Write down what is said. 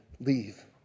leave